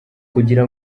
kugira